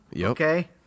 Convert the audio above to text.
Okay